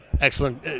Excellent